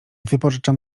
wypożyczam